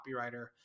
copywriter